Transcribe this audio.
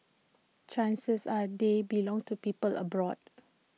chances are they belong to people abroad